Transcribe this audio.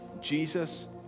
Jesus